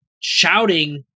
shouting